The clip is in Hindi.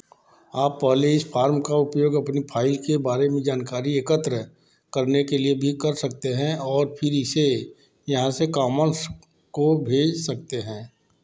आप पहले इस फॉर्म का उपयोग अपनी फाइल के बारे में जानकारी एकत्र करने के लिए भी कर सकते हैं और फिर इसे यहाँ से कॉमन्स को भेज सकते हैं